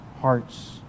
hearts